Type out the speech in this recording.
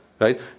right